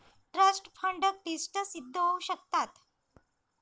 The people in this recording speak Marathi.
ट्रस्ट फंड क्लिष्ट सिद्ध होऊ शकतात